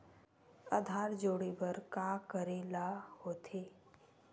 आधार जोड़े बर का करे ला होथे?